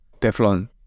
Teflon